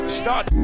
start